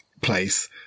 place